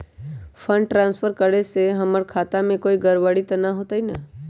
Fund transfer करे से हमर खाता में कोई गड़बड़ी त न होई न?